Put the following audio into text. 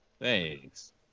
Thanks